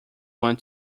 want